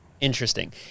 Interesting